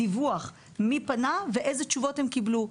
לבקש מהבנקים מי פנה ואילו תשובות הם קיבלו,